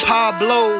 Pablo